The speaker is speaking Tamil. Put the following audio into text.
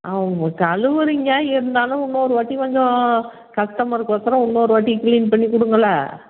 ஆ உ கழுவுறிங்க இருந்தாலும் இன்னொரு வாட்டி கொஞ்சம் கஸ்டமருக்கோசரம் இன்னொரு வாட்டி க்ளீன் பண்ணி கொடுங்களேன்